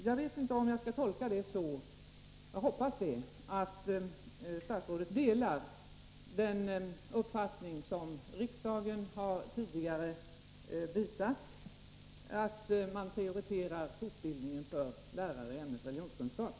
Jag vet inte om jag skall tolka detta som att statsrådet delar den uppfattning som riksdagen tidigare har gett uttryck för, nämligen att man prioriterar fortbildningen för lärare i ämnet religionskunskap.